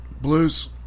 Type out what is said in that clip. Blues